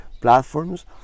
platforms